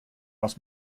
aus